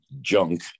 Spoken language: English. junk